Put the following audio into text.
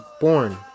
born